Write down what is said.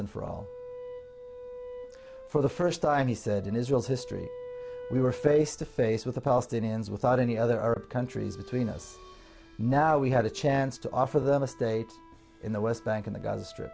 and for all for the first time he said in israel's history we were face to face with the palestinians without any other arab countries between us now we had a chance to offer them a state in the west bank in the g